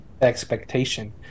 expectation